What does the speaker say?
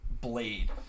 blade